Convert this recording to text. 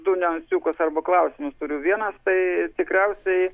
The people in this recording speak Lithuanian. du nuansiukus arba klausimus turiu vienas tai tikriausiai